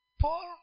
Paul